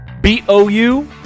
B-O-U